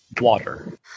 water